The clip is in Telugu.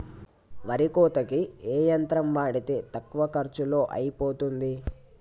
వరి కోతకి ఏ యంత్రం వాడితే తక్కువ ఖర్చులో అయిపోతుంది?